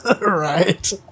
right